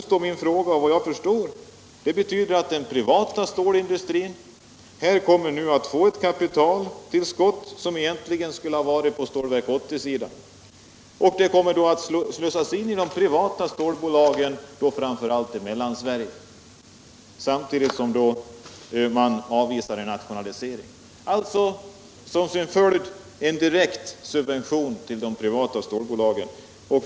Såvitt jag förstår betyder det att den privata stålindustrin nu kommer att få eu kapitaltillskott som egentligen skulle ha gått till Stålverk 80. Det kommer att slussas in i de privata stålbolagen, framför allt i Mellansverige, samtidigt som man avvisar en nationalisering. Detta får alltså till följd en direkt subvention till de privata storbolagen.